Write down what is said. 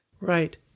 Right